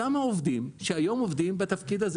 אותם העובדים שהיום עובדים בתפקיד הזה